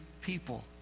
people